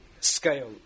scale